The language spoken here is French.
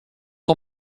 ton